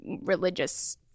religious